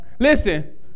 Listen